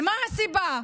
ומה הסיבה?